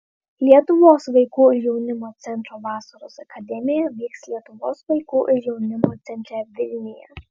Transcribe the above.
lietuvos vaikų ir jaunimo centro vasaros akademija vyks lietuvos vaikų ir jaunimo centre vilniuje